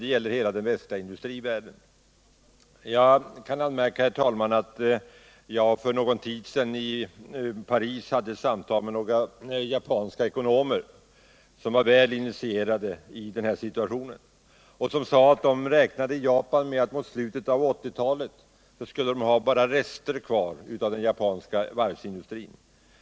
Det gäller hela den västra industrivärlden. Jag kan anmärka, herr talman, att jag för någon tid sedan i Paris hade ett samtal med några japanska ekonomer som var väl initierade i situationen. De sade att man i Japan räknade med att mot slutet av 1980-talet ha bara rester kvar av den japanska varvsindustrin.